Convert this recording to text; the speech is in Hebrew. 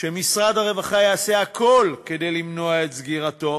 שמשרד הרווחה יעשה הכול כדי למנוע את סגירתו